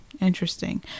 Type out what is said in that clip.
Interesting